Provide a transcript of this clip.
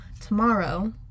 tomorrow